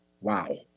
wow